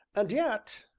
and yet,